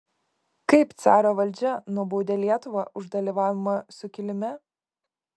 kaip caro valdžia nubaudė lietuvą už dalyvavimą sukilime